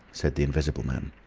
said the invisible man.